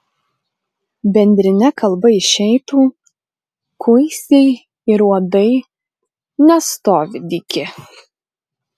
bendrine kalba išeitų kuisiai ir uodai nestovi dyki